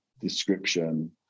description